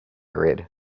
red